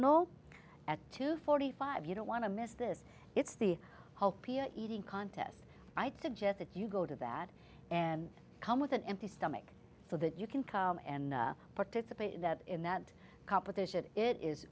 all at two forty five you don't want to miss this it's the whole pia eating contest i'd suggest that you go to that and come with an empty stomach so that you can come and participate in that competition it is